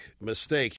mistake